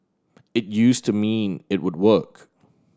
it used to mean it would work